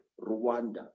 Rwanda